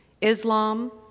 Islam